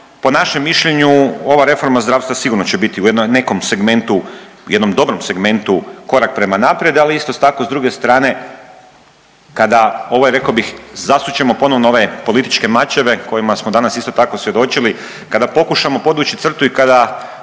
po našem mišljenju ova reforma zdravstva sigurno će biti u nekom segmentu, u jednom dobrom segmentu korak prema naprijed, ali isto tako s druge strane kada ovaj rekao bih zasučemo ponovno ove političke mačeve kojima smo danas isto tako svjedočili, kada pokušamo podvući crtu i kada